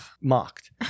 Mocked